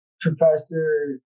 Professor